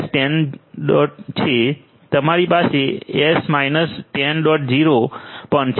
10 પણ છે